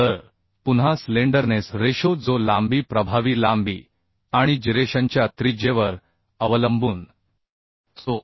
तर पुन्हा slenderness ratio जो लांबी प्रभावी लांबी आणि जिरेशनच्या त्रिज्येवर अवलंबून असतो